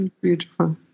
Beautiful